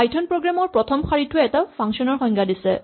Python program ৰ প্ৰথম শাৰীটোৱে এটা ফাংচন ৰ সংজ্ঞা দিছে